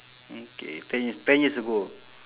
okay ten years ten years ago